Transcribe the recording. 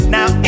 Now